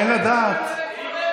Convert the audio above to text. אין לדעת.